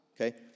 Okay